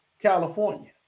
California